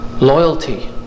loyalty